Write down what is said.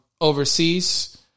overseas